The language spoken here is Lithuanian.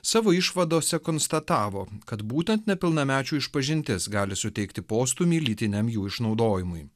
savo išvadose konstatavo kad būtent nepilnamečių išpažintis gali suteikti postūmį lytiniam jų išnaudojimui